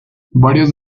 varios